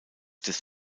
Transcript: des